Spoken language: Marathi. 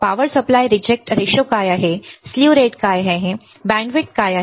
पॉवर सप्लाय रिजेक्ट रेशो काय आहे स्ल्यू रेट काय आहे बँडविड्थ काय आहे